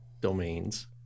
domains